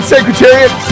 Secretariat